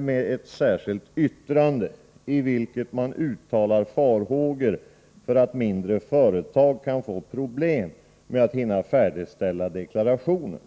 med ett särskilt yttrande i vilket man uttalar farhågor för att mindre företag kan få problem med att hinna färdigställa deklarationen.